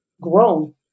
grown